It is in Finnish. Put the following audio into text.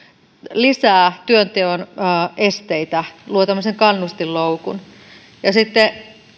lisää työnteon esteitä luo tämmöisen kannustinloukun sitten